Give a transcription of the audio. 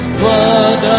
blood